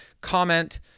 Comment